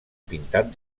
pintat